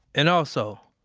and also,